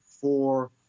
four